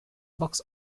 box